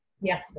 Yes